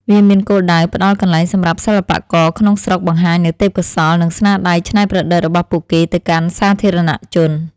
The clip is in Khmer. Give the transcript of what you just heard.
វាមានគោលដៅផ្ដល់កន្លែងសម្រាប់សិល្បករក្នុងស្រុកបង្ហាញនូវទេពកោសល្យ និងស្នាដៃច្នៃប្រឌិតរបស់ពួកគេទៅកាន់សាធារណជន។